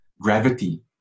gravity